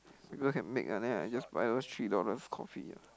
people can make ah then I just buy those three dollars coffee ah